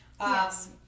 Yes